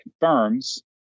confirms